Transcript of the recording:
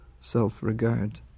self-regard